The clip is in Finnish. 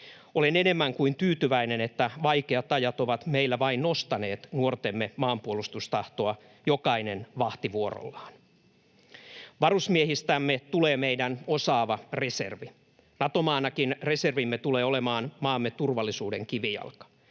Olen enemmän kuin tyytyväinen, että vaikeat ajat ovat meillä vain nostaneet nuortemme maanpuolustustahtoa — jokainen vahtivuorollaan. Varusmiehistämme tulee meidän osaava reservi. Nato-maanakin reservimme tulee olemaan maamme turvallisuuden kivijalka.